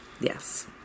Yes